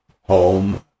home